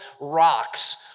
rocks